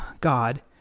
God